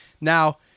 Now